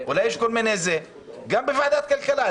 גם בוועדת כלכלה,